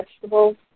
vegetables